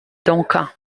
duncan